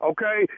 Okay